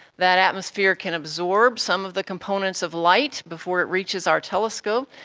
that atmosphere can absorb some of the components of light before it reaches our telescope.